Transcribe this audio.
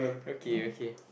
okay okay